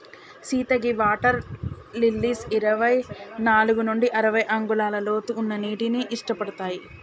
సీత గీ water lilies ఇరవై నాలుగు నుండి అరవై అంగుళాల లోతు ఉన్న నీటిని ఇట్టపడతాయి